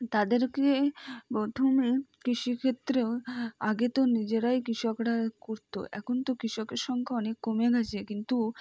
তাদেরকে প্রথমে কৃষিক্ষেত্রেও আগে তো নিজেরাই কৃষকরা করত এখন তো কৃষকের সংখ্যা অনেক কমে গেছে কিন্তু